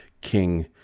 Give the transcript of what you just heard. king